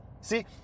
see